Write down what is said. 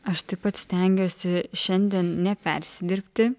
aš taip pat stengiuosi šiandien nepersidirbti